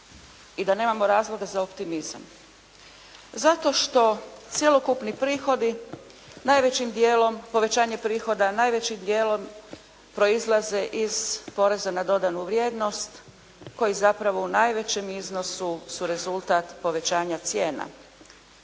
i da nemamo razloga za optimizam? Zato što cjelokupni prihodi najvećim dijelom povećanje prihoda, najvećim dijelom proizlaze iz poreza na dodanu vrijednost koji zapravo u najvećem iznosu su rezultat povećanja cijena.